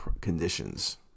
conditions